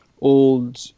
old